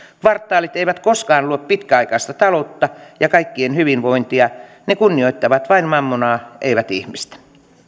kvartaalit eivät koskaan luo pitkäaikaista taloutta ja kaikkien hyvinvointia ne kunnioittavat vain mammonaa eivät ihmistä